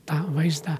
tą vaizdą